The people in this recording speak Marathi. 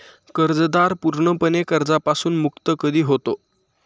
कर्जदार पूर्णपणे कर्जापासून मुक्त कधी होतो?